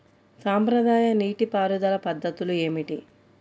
సాంప్రదాయ నీటి పారుదల పద్ధతులు ఏమిటి?